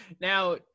now